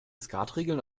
skatregeln